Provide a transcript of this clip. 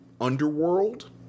underworld